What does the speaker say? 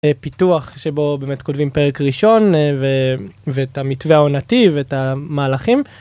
פיתוח שבו באמת כותבים פרק ראשון ואת המתווה העונתי ואת המהלכים.